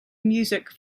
music